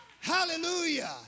Hallelujah